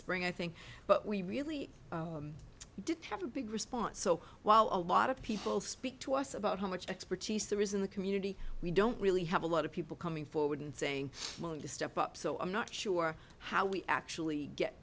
spring i think but we really didn't have a big response so while a lot of people speak to us about how much expertise there is in the community we don't really have a lot of people coming forward saying to step up so i'm not sure how we actually get